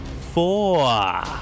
four